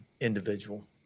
individual